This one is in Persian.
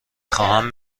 خواهم